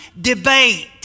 debate